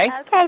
Okay